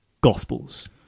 gospels